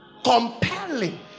compelling